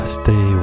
stay